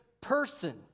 person